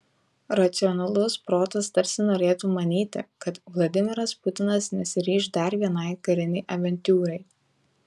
racionalus protas tarsi norėtų manyti kad vladimiras putinas nesiryš dar vienai karinei avantiūrai